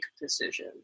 decision